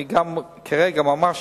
אני כרגע ממש,